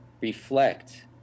reflect